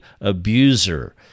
abuser